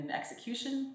execution